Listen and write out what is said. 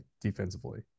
defensively